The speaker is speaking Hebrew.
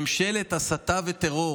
ממשלת הסתה וטרור.